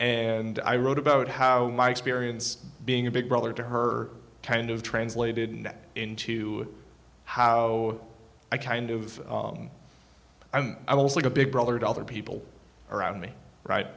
and i wrote about how my experience being a big brother to her kind of translated net into how i kind of i was like a big brother to other people around me